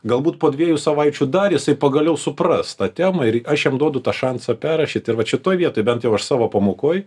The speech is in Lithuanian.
galbūt po dviejų savaičių dar jisai pagaliau supras tą temą ir aš jam duodu tą šansą perrašyt ir vat šitoje vietoj bent jau aš savo pamokoje